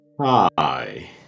Hi